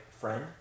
friend